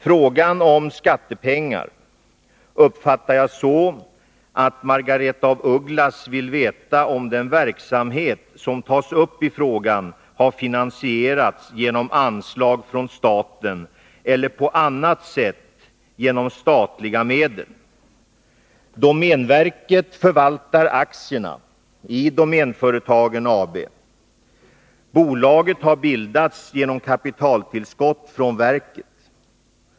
Frågan om skattepengar uppfattar jag så att Margaretha af Ugglas vill veta om den verksamhet som tas upp i frågan har finansierats genom anslag från staten eller på annat sätt genom statliga medel. Domänverket förvaltar aktierna i Domänföretagen AB. Bolaget har bildats genom kapitaltillskott från verket.